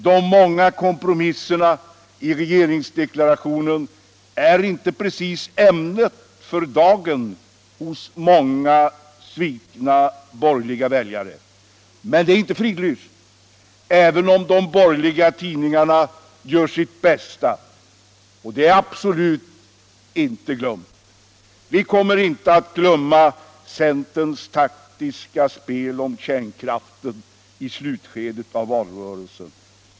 De många kompromisserna i regeringsdeklarationen är inte precis ämnet för dagen hos många svikna borgerliga väljare, men det är inte fridlyst — även om de borgerliga tidningarna gör sitt bästa. Vi kommer absolut inte att glömma 'centerns taktiska spel om kärnkraften i slutskedet av valrörelsen.